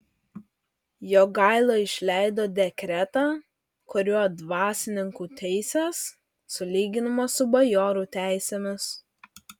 jogaila išleido dekretą kuriuo dvasininkų teisės sulyginamos su bajorų teisėmis